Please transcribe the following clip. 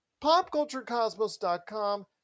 PopCultureCosmos.com